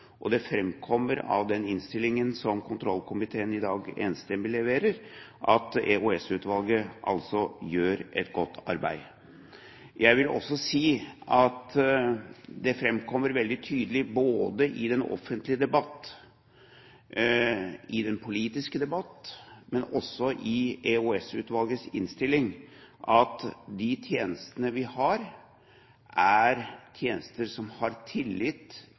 Det framkommer av den innstillingen som kontrollkomiteen i dag enstemmig leverer, at EOS-utvalget altså gjør et godt arbeid. Jeg vil også si at det framkommer veldig tydelig både i den offentlige debatt, i den politiske debatt og i EOS-utvalgets melding at de tjenestene vi har, er tjenester som har tillit